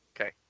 Okay